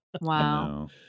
Wow